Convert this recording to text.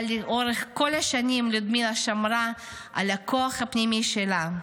אבל לאורך כל השנים לודמילה שמרה על הכוח הפנימי שלה,